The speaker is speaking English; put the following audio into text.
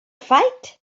fight